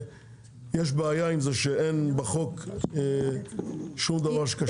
יש בעיה עם זה שאין בחוק שום דבר שקשור,